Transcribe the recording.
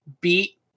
beat